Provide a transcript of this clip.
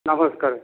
ନମସ୍କାର